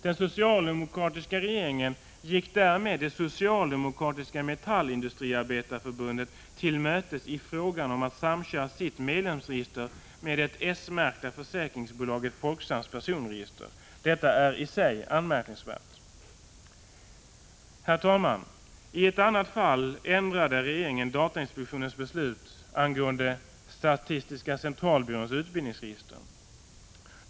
Den socialdemokratiska regeringen gick därmed det socialdemokratiska Metallindustriarbetareförbundet till mötes i frågan om att det skulle få samköra sitt medlemsregister med det s-märkta försäkringsbolaget Folksams personregister. Detta är i sig anmärkningsvärt. Herr talman! I ett annat fall ändrade regeringen datainspektionens beslut angående statistiska centralbyråns utbildningsregister.